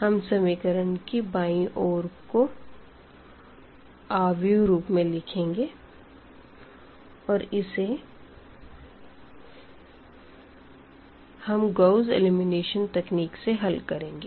हम इक्वेशन की बायीं ओर को मैट्रिक्स रूप में लिखेंगे और इसे हम गाउस एलिमिनेशन तकनीक से हल करेंगे